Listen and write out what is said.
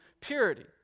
purity